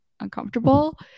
uncomfortable